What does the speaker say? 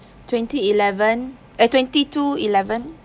twenty eleven eh twenty two eleven